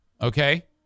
Okay